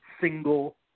single